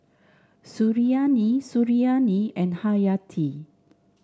Suriani Suriani and Hayati